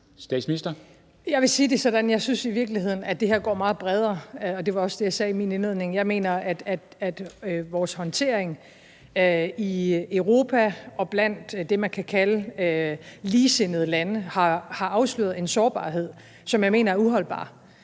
at jeg i virkeligheden synes, at det her går meget bredere, og det var også det, jeg sagde i min indledning. Jeg mener, at vores håndtering i Europa og blandt dem, man kan kalde ligesindede lande, har afsløret en sårbarhed, som jeg mener er uholdbar.